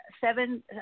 seven